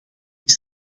die